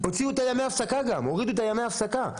הורידו גם את ימי ההפסקה.